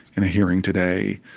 in a hearing today,